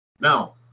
Now